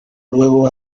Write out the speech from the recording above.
luego